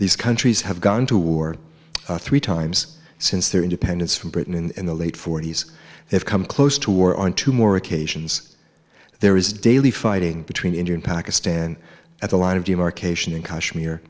these countries have gone to war three times since their independence from britain in the late forty's they've come close to war on two more occasions there is daily fighting between india and pakistan at the